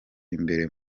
imbere